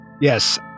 Yes